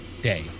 day